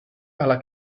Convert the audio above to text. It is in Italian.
alla